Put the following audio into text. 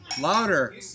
Louder